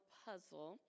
puzzle